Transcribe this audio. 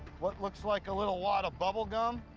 what looks like a little wad of bubble gum,